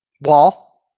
Wall